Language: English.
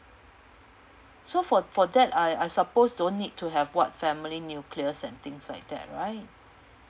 so for for that I I suppose don't need to have what family nucleus and things like that right